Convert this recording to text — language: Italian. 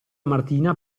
martina